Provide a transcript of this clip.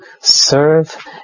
serve